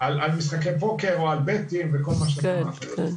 במשחקי פוקר וכל מה שיש.